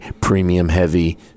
premium-heavy